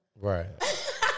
Right